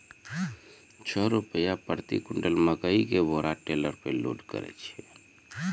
छह रु प्रति क्विंटल मकई के बोरा टेलर पे लोड करे छैय?